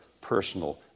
personal